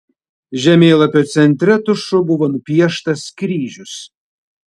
žemėlapio centre tušu buvo nupieštas kryžius